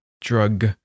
drug